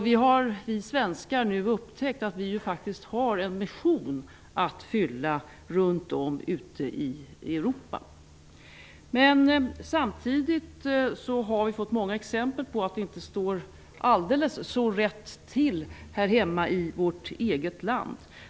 Vi svenskar har nu upptäckt att vi faktiskt har en mission att fylla runt om ute i Europa. Samtidigt har vi fått många exempel på att det inte står helt rätt till här hemma i vårt eget land.